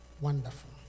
Wonderful